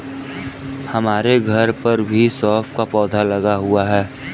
हमारे घर पर भी सौंफ का पौधा लगा हुआ है